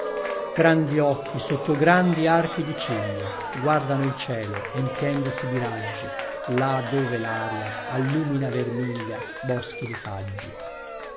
grandi occhi sotto grandi archi di ciglia guardano il cielo empiendosi di raggi là dove laria allumina vermiglia boschi di faggi